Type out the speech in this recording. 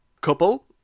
couple